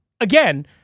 again